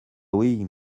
oui